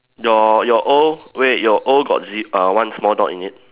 your your O wait your O got ze~ err one small dot in it